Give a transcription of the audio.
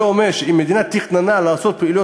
זה אומר שאם המדינה תכננה לעשות פעילויות